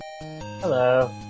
Hello